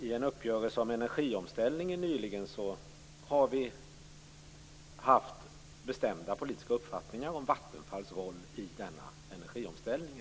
I en uppgörelse nyligen om energiomställningen har vi haft bestämda politiska uppfattningar om exempelvis Vattenfalls roll i denna energiomställning.